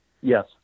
Yes